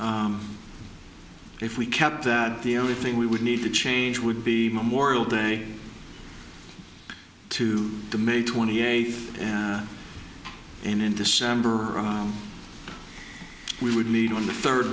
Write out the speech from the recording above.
if we kept that the only thing we would need to change would be memorial day to the may twenty eighth and in december we would meet on the third